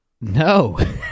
No